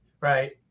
right